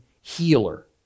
healer